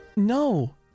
no